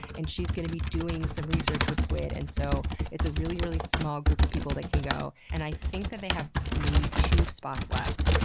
and she's going to be doing some research with squid. and so, it's a really, really small group of people that can go, and i think that they have maybe two spots left.